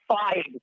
five